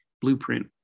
blueprint